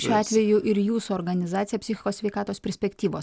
šiuo atveju ir jūsų organizacija psichikos sveikatos perspektyvos